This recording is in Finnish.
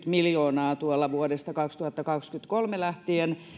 miljoonaa vuodesta kaksituhattakaksikymmentäkolme lähtien